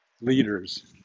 leaders